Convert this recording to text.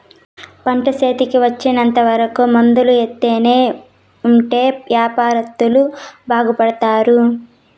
పంట చేతికి వచ్చేంత వరకు మందులు ఎత్తానే ఉంటే యాపారత్తులు బాగుపడుతారు